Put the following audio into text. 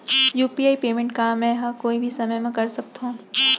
UPI payment का मैं ह कोई भी समय म कर सकत हो?